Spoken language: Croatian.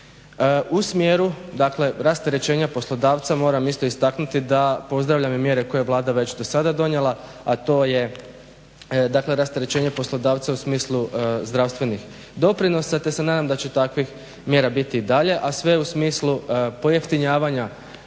U smjeru dakle rasterećenja poslodavca moram isto istaknuti da pozdravljam i mjere koje je Vlada već dosada donijela, a to je dakle rasterećenje poslodavca u smislu zdravstvenih doprinosa te se nadam da će takvih mjera biti i dalje, a sve u smislu pojeftinjenja